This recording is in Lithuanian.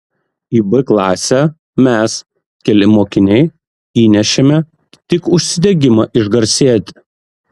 į b klasę mes keli mokiniai įnešėme tik užsidegimą išgarsėti